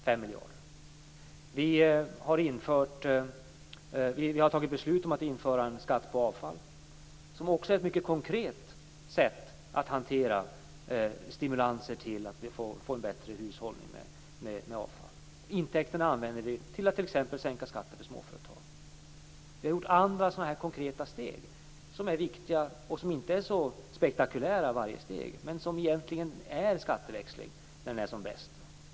5 miljarder har gått till detta. Vi har fattat beslut om att införa en skatt på avfall. Detta är också ett mycket konkret sätt att stimulera till en bättre hushållning med avfall. Intäkterna använder vi t.ex. till att sänka skatterna för småföretag. Vi har även tagit andra sådana här konkreta steg. Det är viktiga steg - inte alltid så spektakulära om man ser till varje steg, men de är egentligen skatteväxling när den är som bäst.